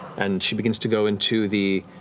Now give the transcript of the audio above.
and she begins to go into the